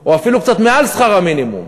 או אפילו קצת מעל שכר המינימום,